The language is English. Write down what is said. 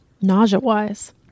nausea-wise